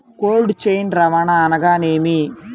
Cold chain రవాణా అనగా నేమి?